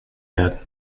werden